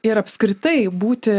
ir apskritai būti